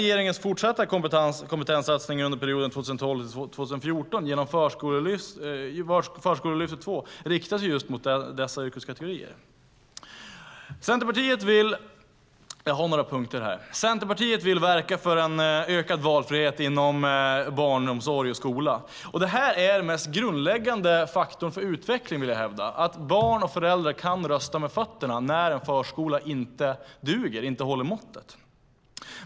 Regeringens fortsatta kompetenssatsningar under perioden 2012-2014 i form av Förskolelyftet II riktar sig till dessa yrkeskategorier. Centerpartiet vill verka för en ökad valfrihet inom barnomsorg och skola. Det är den mest grundläggande faktorn för utveckling. Barn och föräldrar ska kunna rösta med fötterna när en förskola inte duger och inte håller måttet.